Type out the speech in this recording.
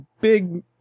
big